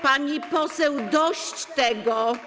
Pani poseł, dość tego.